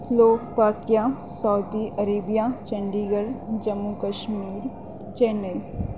Slovakia Saudi Arabia Chandigarh Jammu Kashmir Chennai